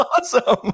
awesome